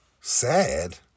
Sad